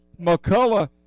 McCullough